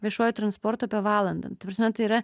viešuoju transportu apie valandą n ta prasme tai yra